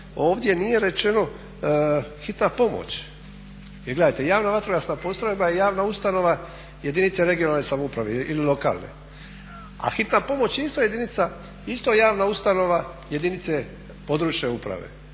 ovdje nije rečeno hitna pomoć. Jer gledajte, javna vatrogasna postrojba je javna ustanova jedinice regionalne samouprave ili lokalne, a hitna pomoć je isto jedinica, isto javna ustanova jedinice područne uprave.